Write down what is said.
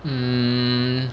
mm